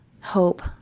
hope